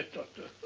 doctor.